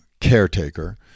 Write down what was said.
caretaker